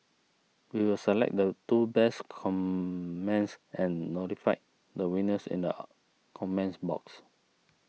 we will select the two best comments and notify the winners in the comments box